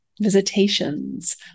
visitations